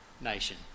nation